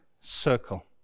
circle